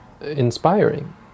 inspiring